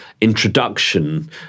introduction